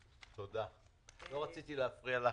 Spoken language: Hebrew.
לא רציתי להפריע לך.